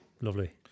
lovely